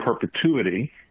perpetuity